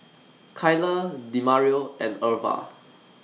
Kyler Demario and Irva